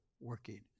working